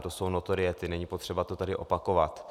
To jsou notoriety, není potřeba to tady opakovat.